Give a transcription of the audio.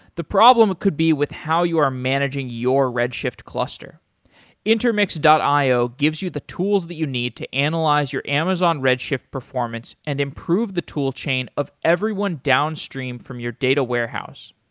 the problem could be with how you are managing your redshift cluster intermix io gives you the tools that you need to analyze your amazon redshift performance and improve the tool chain of everyone downstream from your data warehouse.